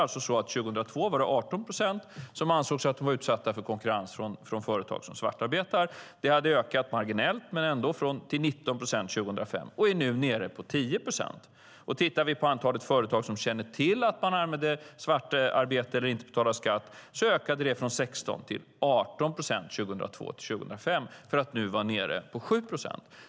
2002 ansåg 18 procent att de var utsatta för konkurrens från företag som svartarbetar. Det ökade marginellt till 19 procent 2005 och är nu nere på 10 procent. Man kan titta på antalet företag som känner till att man använder svartarbete eller inte betalar skatt: Det ökade från 16 procent 2002 till 18 procent 2005 och är nu nere på 7 procent.